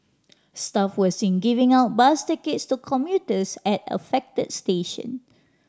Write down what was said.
staff were seen giving out bus tickets to commuters at affected station